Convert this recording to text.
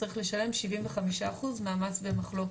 צריך לשלם 75% מהמס במחלוקת,